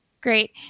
great